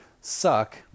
suck